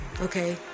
okay